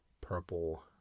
Purple